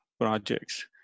projects